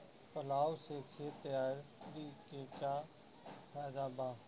Plough से खेत तैयारी के का फायदा बा?